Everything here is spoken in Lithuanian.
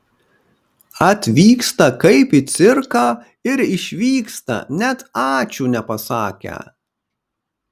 atvyksta kaip į cirką ir išvyksta net ačiū nepasakę